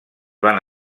van